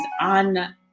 on